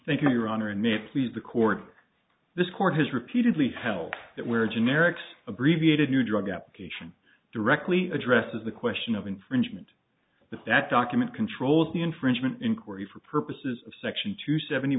thank you your honor and may please the court this court has repeatedly held that where generics abbreviated new drug application directly addresses the question of infringement but that document controls the infringement inquiry for purposes of section two seventy